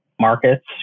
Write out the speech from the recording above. markets